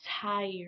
tired